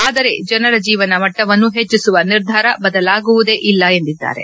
ಆದರೆ ಜನರ ಜೀವನ ಮಟ್ಟವನ್ನು ಹೆಚ್ಚಿಸುವ ನಿರ್ಧಾರ ಬದಲಾಗುವುದೇ ಇಲ್ಲ ಎಂದಿದ್ದಾರೆ